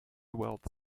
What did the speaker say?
wealth